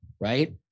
Right